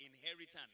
inheritance